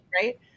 Right